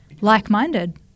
like-minded